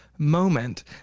Moment